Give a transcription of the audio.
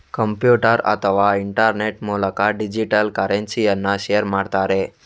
computer ಅಥವಾ internet ಮೂಲಕ digital ಕರೆನ್ಸಿಯನ್ನ ಶೇರ್ ಮಾಡ್ತಾರೆ